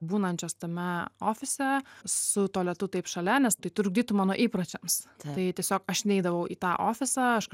būnančios tame ofise su tualetu taip šalia nes tai trukdytų mano įpročiams tai tiesiog aš neidavau į tą ofisą